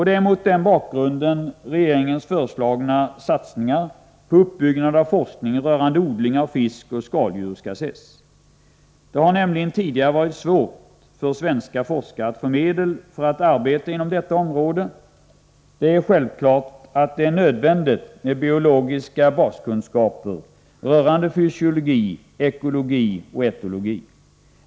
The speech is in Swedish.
Det är mot den bakgrunden regeringens föreslagna satsningar på uppbyggnad av forskning rörande odling av fisk och skaldjur skall ses. Det har nämligen tidigare varit svårt för svenska forskare att få medel för att arbeta inom detta område. Det är självklart att det är nödvändigt med biologiska baskunskaper rörande fysiologi, ekologi och etnologi.